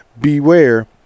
beware